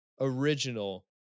original